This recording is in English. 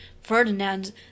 Ferdinand